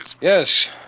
Yes